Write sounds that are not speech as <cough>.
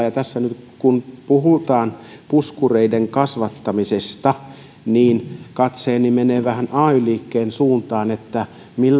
<unintelligible> ja tässä kun puhutaan puskureiden kasvattamisesta niin katseeni menee vähän ay liikkeen suuntaan että